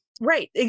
Right